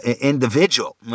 individual